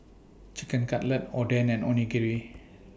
Chicken Cutlet Oden and Onigiri